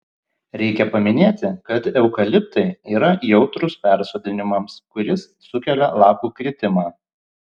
reikia paminėti kad eukaliptai yra jautrūs persodinimams kuris sukelia lapų kritimą